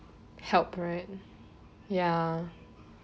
help right ya